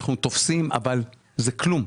אנחנו תופסים אבל זה כלום,